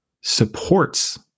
supports